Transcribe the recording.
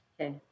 Okay